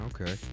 okay